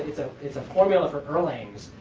it's ah it's a formula for erlangs,